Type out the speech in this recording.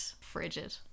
frigid